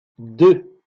deux